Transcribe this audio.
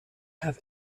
have